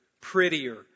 prettier